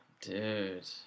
Dude